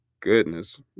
goodness